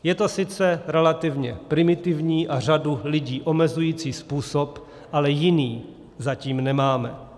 Je to sice relativně primitivní a řadu lidí omezující způsob, ale jiný zatím nemáme.